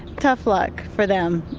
tough luck for them,